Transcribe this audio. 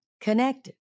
connected